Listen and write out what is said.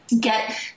get